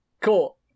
Cool